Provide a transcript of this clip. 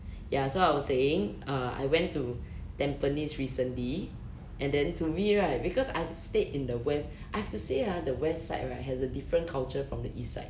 ya so I was saying uh I went to tampines recently and then to me right because I've stayed in the west I have to say ah the west side right has a different culture from the east side